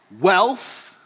wealth